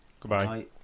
Goodbye